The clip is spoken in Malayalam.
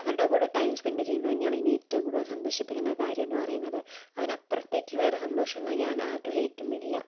അവരുടെ കൂടെ ടൈം സ്പെൻറ്റ് ചെയ്യുന്നത് തന്നെയാണ് എന്നെ ഏറ്റവും കൂടുതല് സന്തോഷിപ്പിക്കുന്ന കാര്യമെന്ന് പറയുന്നത് അതിനപ്പുറത്തേക്ക് വേറെ സന്തോഷമൊന്നും ഞാൻ ആഗ്രഹിക്കുന്നില്ല